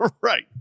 Right